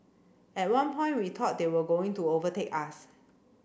at one point we thought they were going to overtake us